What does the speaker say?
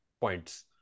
points